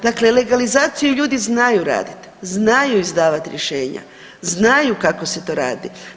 Dakle, legalizaciju ljudi znaju raditi, znaju izdavat rješenja, znaju kako se to radi.